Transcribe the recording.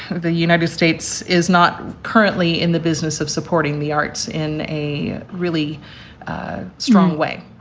the united states is not currently in the business of supporting the arts in a really strong way.